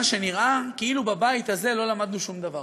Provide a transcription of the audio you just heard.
שנראה כאילו בבית הזה לא למדנו שום דבר.